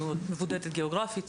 היא מבודדת גיאוגרפית,